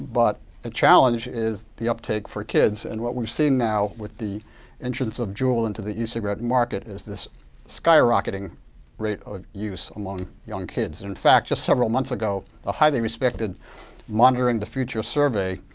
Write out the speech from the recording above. but the challenge is the uptake for kids. and what we're seeing now, with the entrance of juul into the e-cigarette market, is this skyrocketing rate of use among young kids. and in fact, just several months ago, the highly respected monitoring the future survey,